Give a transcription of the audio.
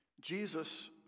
Jesus